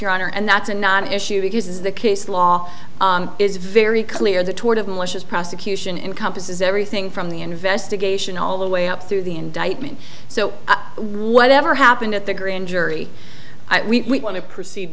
honor and that's a non issue because the case law is very clear the tort of malicious prosecution encompasses everything from the investigation all the way up through the indictment so whatever happened at the grand jury we want to proceed